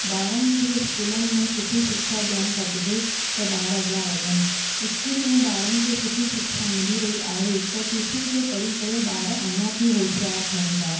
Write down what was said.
ॿारनि खे स्कूलनि में सुठी शिक्षा ॾियणु खपिजे त ॿार अॻियां वधनि स्कूल में ॿारनि खे सुठी शिक्षा मिली रही आहे पर ट्यूशन ते पढ़ी करे ॿार अञा बि होशियार थियनि था